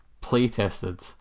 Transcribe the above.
play-tested